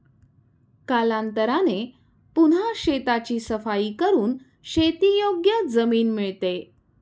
कालांतराने पुन्हा शेताची सफाई करून शेतीयोग्य जमीन मिळते